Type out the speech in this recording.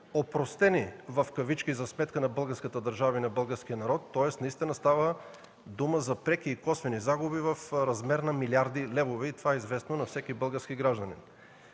„опростени” за сметка на българската държава и на българския народ. Тоест наистина става дума за преки и косвени загуби в размер на милиарди левове. Това е известно на всеки български гражданин.